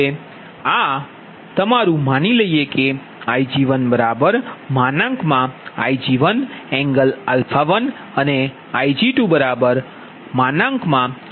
તેથી આ હવે તમારું માની લઈએ કે Ig1Ig11 અને Ig2Ig22બરાબર છે